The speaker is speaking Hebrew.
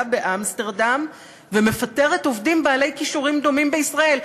באמסטרדם ומפטרת עובדים בעלי כישורים דומים בישראל.